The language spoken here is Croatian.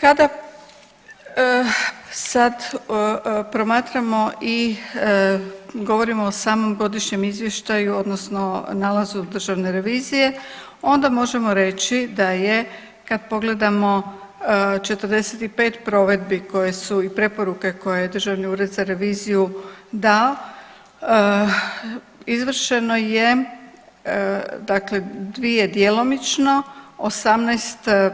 Kada sad promatramo i govorimo o samom godišnjem izvještaju odnosno nalazu državne revizije onda možemo reći da je kad pogledamo 45 provedbi koje su i preporuke koje je Državni ured za reviziju dao izvršeno je dakle dvije djelomično, 18